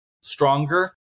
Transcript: stronger